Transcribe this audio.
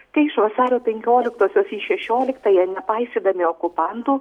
kai iš vasario penkioliktosios į šešioliktąją nepaisydami okupantų